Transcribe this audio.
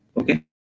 okay